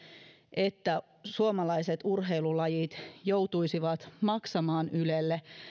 että suomalaiset urheilulajit joutuisivat maksamaan ylelle